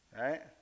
right